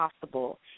possible